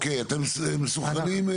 אתם מסונכרנים?